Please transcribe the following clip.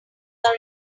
are